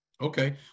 Okay